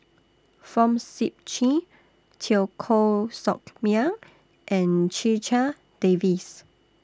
Fong Sip Chee Teo Koh Sock Miang and Checha Davies